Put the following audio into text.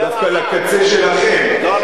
אבל לקצה שלכם דווקא,